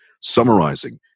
Summarizing